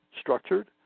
structured